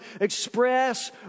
express